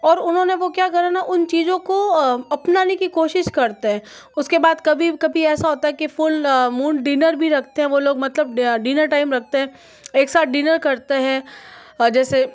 और उन्होंने वो क्या करा ना उन चीज़ों को अपनाने कि कोशिश करते हैं उसके बाद कभी कभी ऐसा होता हैं कि फ़ुल मून डिनर भी रखते हैं मतलब डिनर टाइम रखते हैं एक साथ डिनर करते हैं जैसे